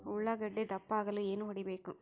ಉಳ್ಳಾಗಡ್ಡೆ ದಪ್ಪ ಆಗಲು ಏನು ಹೊಡಿಬೇಕು?